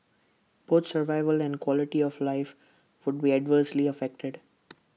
both survival and quality of life would be adversely affected